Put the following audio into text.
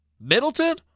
Middleton